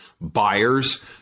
buyers